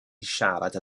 siarad